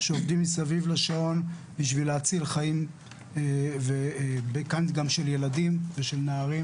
שעובדים מסביב לשעון בשביל להציל חיים וכאן גם של ילדים ושל נערים,